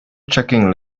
checking